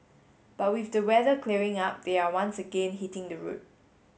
but with the weather clearing up they are once again hitting the road